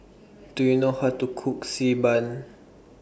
Do YOU know How to Cook Xi Ban